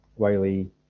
Wiley